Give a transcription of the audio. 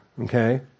Okay